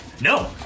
No